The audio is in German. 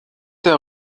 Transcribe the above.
der